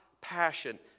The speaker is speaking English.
passion